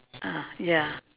ah ya